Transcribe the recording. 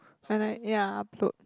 when I ya upload